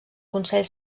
consell